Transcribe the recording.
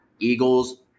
Eagles